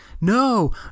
no